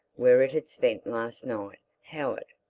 where it had spent last night how it,